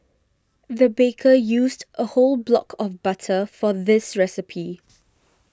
the baker used a whole block of butter for this recipe